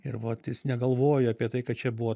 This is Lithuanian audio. ir vot jis negalvojo apie tai kad čia buvo